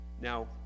Now